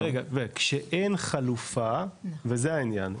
וכשאין חלופה וזה העניין,